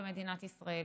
במדינת ישראל.